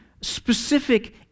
specific